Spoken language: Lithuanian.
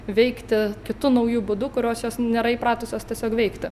veikti kitu nauju būdu kurios jos nėra įpratusios tiesiog veikti